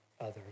others